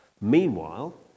meanwhile